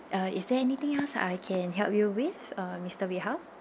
uh is there anything else I can help you with uh mister wee hao